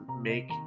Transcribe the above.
make